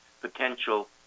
potential